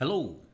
Hello